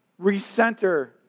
recenter